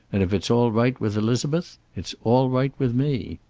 and if it's all right with elizabeth it's all right with me.